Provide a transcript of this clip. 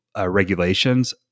regulations